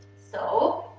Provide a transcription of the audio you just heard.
so